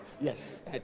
Yes